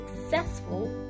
successful